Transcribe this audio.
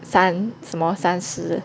三什么三十